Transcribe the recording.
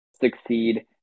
succeed